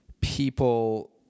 people